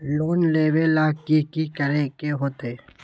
Loan लेबे ला की कि करे के होतई?